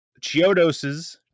Chiodoses